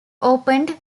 opened